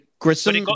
Grissom